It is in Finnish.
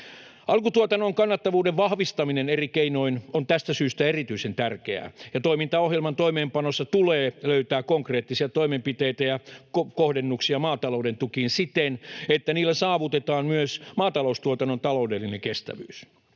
Alkutuotannon kannattavuuden vahvistaminen eri keinoin on tästä syystä erityisen tärkeää, ja toimintaohjelman toimeenpanossa tulee löytää konkreettisia toimenpiteitä ja kohdennuksia maatalouden tukiin siten, että niillä saavutetaan myös maataloustuotannon taloudellinen kestävyys.